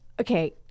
Okay